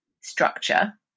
structure